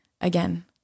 again